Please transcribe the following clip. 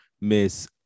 Miss